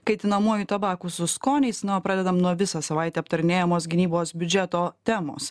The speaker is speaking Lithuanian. kaitinamoju tabaku su skoniais na o pradedam nuo visą savaitę aptarinėjamos gynybos biudžeto temos